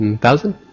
Thousand